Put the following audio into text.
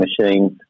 machines